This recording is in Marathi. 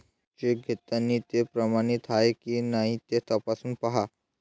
चेक घेताना ते प्रमाणित आहे की नाही ते तपासून पाहा